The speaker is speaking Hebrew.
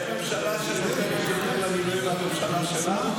אין ממשלה שנותנת יותר למילואימניקים מהממשלה שלנו,